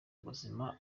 buzima